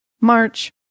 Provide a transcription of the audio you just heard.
March